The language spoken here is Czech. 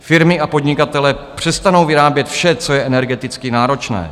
Firmy a podnikatelé přestanou vyrábět vše, co je energeticky náročné.